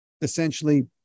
essentially